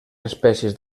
espècies